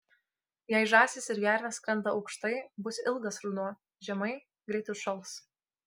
jei žąsys ir gervės skrenda aukštai bus ilgas ruduo žemai greit užšals